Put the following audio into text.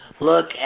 look